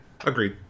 agreed